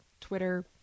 Twitter